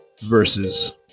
versus